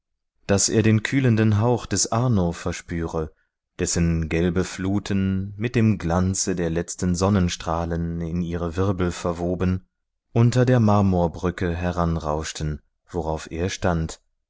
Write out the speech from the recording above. daß er den kühlenden hauch des arno verspüre dessen gelbe fluten mit dem glanze der letzten sonnenstrahlen in ihre wirbel verwoben unter der marmorbrücke heranrauschten worauf er stand